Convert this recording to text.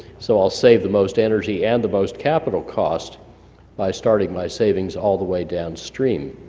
so i'll save the most energy and the most capital cost by starting my savings all the way downstream,